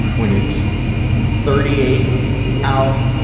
when it's thirty eight out,